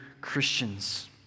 Christians